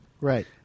Right